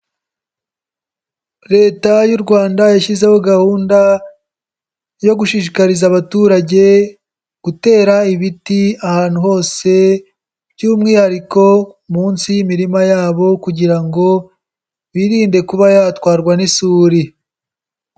Leta y'u Rwanda yashyizeho gahunda yo gushishikariza abaturage gutera ibiti ahantu hose by'umwihariko munsi y'imirima yabo kugira ngo birinde kuba yatwarwa n'isuri.